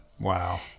Wow